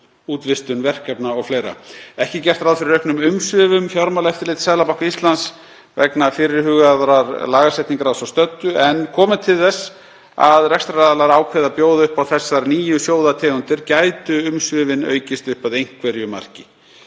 útvistun verkefna o.fl. Ekki er gert ráð fyrir auknum umsvifum Fjármálaeftirlits Seðlabanka Íslands vegna fyrirhugaðrar lagasetningar að svo stöddu, en komi til þess að rekstraraðilar ákveði að bjóða upp á þessar nýju sjóðategundir gætu umsvifin aukist upp að einhverju marki.